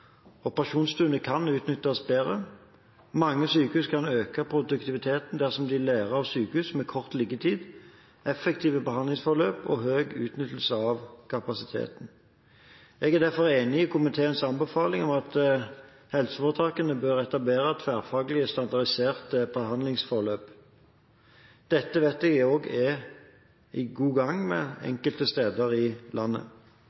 Operasjonsstuene kan utnyttes bedre. Mange sykehus kan øke produktiviteten dersom de lærer av sykehus med kort liggetid, effektive behandlingsforløp og høy utnyttelse av kapasiteten. Jeg er derfor enig i komiteens anbefaling om at helseforetakene bør etablere tverrfaglige standardiserte behandlingsforløp. Dette vet jeg at man er i god gang med enkelte steder i landet.